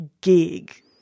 gig